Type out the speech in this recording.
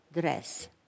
dress